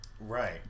right